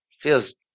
feels